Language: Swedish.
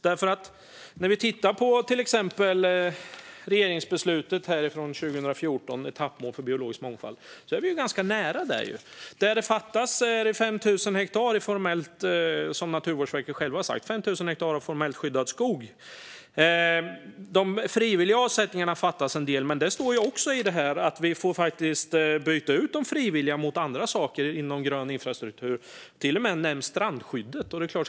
När vi till exempel tittar på regeringsbeslutet från 2014, Etappmål för biologisk mångfald och ekosystemtjänster , är vi ganska nära. Det fattas 5 000 hektar av formellt skyddad skog, som Naturvårdsverket självt har sagt. När det gäller de frivilliga avsättningarna fattas en del. Men det står ju också i det här att vi får byta ut de frivilliga mot andra saker inom grön infrastruktur, till och med strandskyddet nämns.